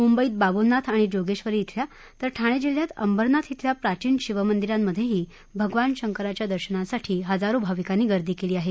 मुंबईत बाबुलनाथ आणि जोगेश्वरी इथल्या तर ठाणे जिल्ह्यात अंबरनाथ इथल्या प्राचीन शिवमंदिरातही भगवान शंकराच्या दर्शनासाठी हजारो भाविकांनी गर्दी केली आहे